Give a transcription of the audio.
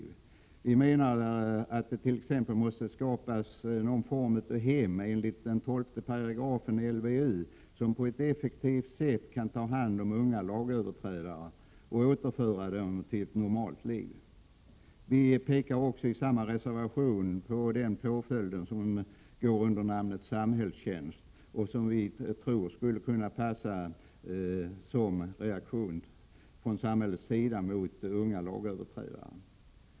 Vi menar att det t.ex. måste skapas någon form av hem enligt 12 § LVU som på ett effektivt sätt kan ta hand om unga lagöverträdare och återföra dem till ett normalt liv. Vi pekar i samma reservation på den påföljd som går under namnet samhällstjänst och som vi tror skulle kunna passa som reaktion från samhällets sida mot unga lagöverträdare.